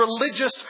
religious